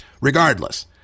regardless